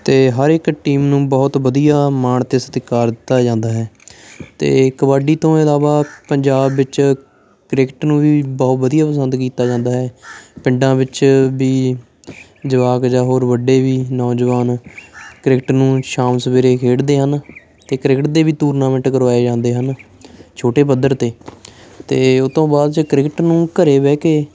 ਅਤੇ ਹਰ ਇੱਕ ਟੀਮ ਨੂੰ ਬਹੁਤ ਵਧੀਆ ਮਾਣ ਅਤੇ ਸਤਿਕਾਰ ਦਿੱਤਾ ਜਾਂਦਾ ਹੈ ਅਤੇ ਕਬੱਡੀ ਤੋਂ ਇਲਾਵਾ ਪੰਜਾਬ ਵਿੱਚ ਕ੍ਰਿਕਟ ਨੂੰ ਵੀ ਬਹੁਤ ਵਧੀਆ ਪਸੰਦ ਕੀਤਾ ਜਾਂਦਾ ਹੈ ਪਿੰਡਾਂ ਵਿੱਚ ਵੀ ਜਵਾਕ ਜਾਂ ਹੋਰ ਵੱਡੇ ਵੀ ਨੌਜਵਾਨ ਕ੍ਰਿਕਟ ਨੂੰ ਸ਼ਾਮ ਸਵੇਰੇ ਖੇਡਦੇ ਹਨ ਅਤੇ ਕ੍ਰਿਕਟ ਦੇ ਵੀ ਟੂਰਨਾਮੈਂਟ ਕਰਵਾਏ ਜਾਂਦੇ ਹਨ ਛੋਟੇ ਪੱਧਰ 'ਤੇ ਅਤੇ ਉਹਤੋਂ ਬਾਅਦ ਜੇ ਕ੍ਰਿਕਟ ਨੂੰ ਘਰ ਬਹਿ ਕੇ